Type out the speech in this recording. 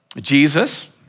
Jesus